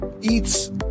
eats